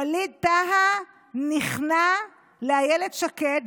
ווליד טאהא נכנע לאילת שקד,